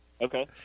Okay